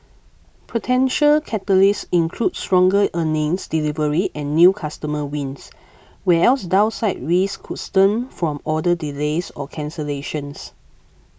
potential catalysts include stronger earnings delivery and new customer wins whereas downside risks could stem from order delays or cancellations